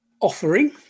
offering